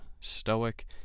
stoic